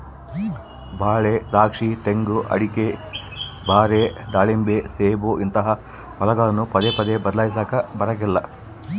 ಬಾಳೆ, ದ್ರಾಕ್ಷಿ, ತೆಂಗು, ಅಡಿಕೆ, ಬಾರೆ, ದಾಳಿಂಬೆ, ಸೇಬು ಇಂತಹ ಫಸಲನ್ನು ಪದೇ ಪದೇ ಬದ್ಲಾಯಿಸಲಾಕ ಬರಂಗಿಲ್ಲ